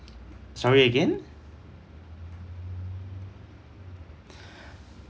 sorry again